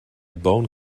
bone